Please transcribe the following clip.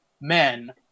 men